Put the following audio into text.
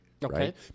right